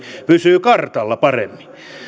pysyy kartalla paremmin